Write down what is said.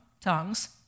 tongues